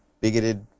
bigoted